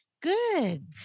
good